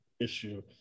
issue